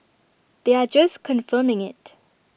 they are just confirming IT